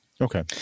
okay